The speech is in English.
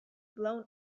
blown